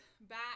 back